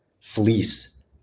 fleece